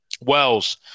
Wells